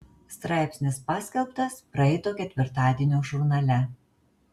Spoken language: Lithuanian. straipsnis paskelbtas praeito ketvirtadienio žurnale